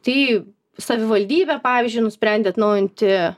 tai savivaldybė pavyzdžiui nusprendė atnaujinti